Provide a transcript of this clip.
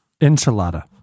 Enchilada